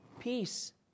peace